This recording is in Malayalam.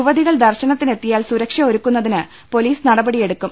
യുവതികൾ ദർശനത്തിന് എത്തിയാൽ സുരക്ഷ ഒരുക്കുന്നതിന് പൊലീസ് നടപടിയെടുക്കും